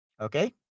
Okay